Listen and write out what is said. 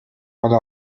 على